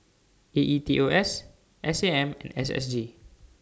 A E T O S S A M and S S G